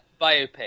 biopic